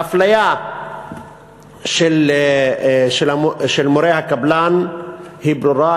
האפליה של מורי הקבלן היא ברורה,